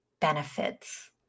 benefits